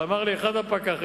ואמר לי אחד הפקחים: